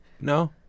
No